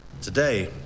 Today